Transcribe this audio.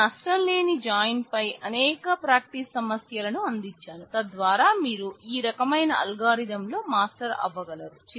నేను నష్టం లేని జాయిన్ పై అనేక ప్రాక్టీస్ సమస్యలను అందించాను తద్వారా మీరు ఈ రకమైన అల్గోరిథంలో మాస్టర్ అవ్వగలరు